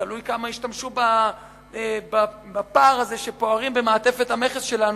תלוי כמה ישתמשו בפער הזה שפוערים במעטפת המכס שלנו,